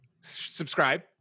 subscribe